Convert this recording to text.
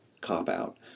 cop-out